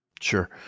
Sure